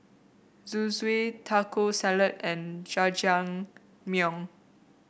Zosui Taco Salad and Jajangmyeon